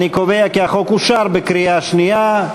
אני קובע כי החוק אושר בקריאה שנייה.